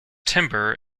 timber